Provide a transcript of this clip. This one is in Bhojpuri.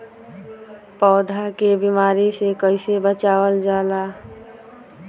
पौधा के बीमारी से कइसे बचावल जा?